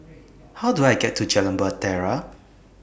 How Do I get to Jalan Bahtera